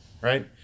right